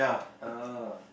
uh